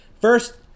first